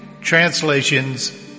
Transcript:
translations